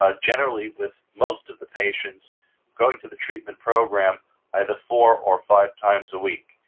ah generally with most of the patients going to the treatment program either four or five times a week.